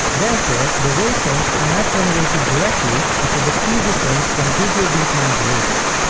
therefore the waveforms are not generated directly, which is a key difference from google deepmind's wavenet.